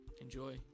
Enjoy